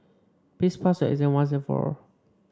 please pass your exam once and for all